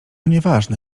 nieważne